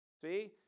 See